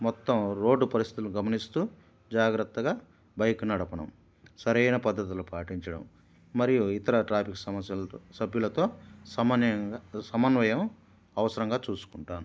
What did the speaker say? మొత్తం రోడ్ పరిస్థితులను గమనిస్తూ జాగ్రత్తగా బైక్ నడపడం సరైన పద్ధతులు పాటించడం మరియు ఇతర ట్రాఫిక్ సమస్యలతో సభ్యులతో సమన్యంగా సమన్వయం అవసరంగా చూసుకుంటాను